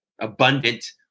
abundant